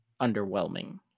underwhelming